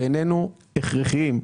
בעינינו הכרחיים.